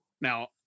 Now